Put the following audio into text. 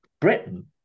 Britain